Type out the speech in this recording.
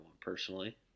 personally